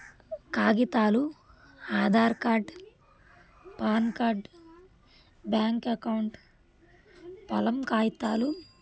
కాగితాలు Aadhaar card PAN card bank account పొలం కాగితాలు